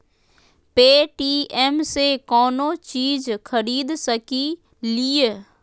Paytm से कौनो चीज खरीद सकी लिय?